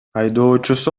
айдоочусу